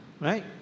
Right